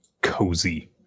cozy